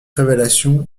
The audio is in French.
révélation